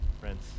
friends